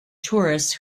tourists